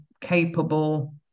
capable